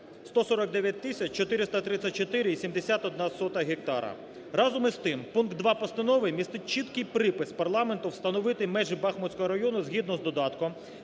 434,71 гектара. Разом із тим пункт 2 постанови містить чіткий припис парламенту встановити межі Бахмутського району згідно з додатком,